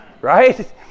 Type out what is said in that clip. right